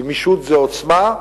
גמישות זו עוצמה,